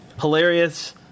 Hilarious